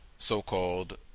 so-called